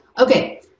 Okay